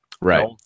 Right